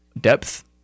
depth